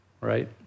right